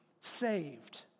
saved